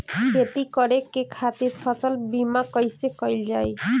खेती करे के खातीर फसल बीमा कईसे कइल जाए?